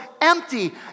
empty